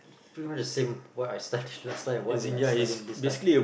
pretty much the same what I study last time and what they are studying this time